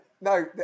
No